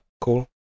Cool